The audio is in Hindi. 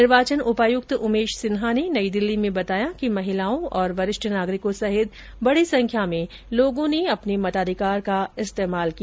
निर्वाचन उपायुक्त उमेश सिन्हा ने नई दिल्ली में बताया कि महिलाओं और वरिष्ठ नागरिकों सहित बड़ी संख्या में लोगों ने अपने मताधिकार का इस्तेमाल किया